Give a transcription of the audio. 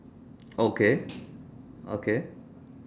okay okay